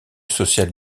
social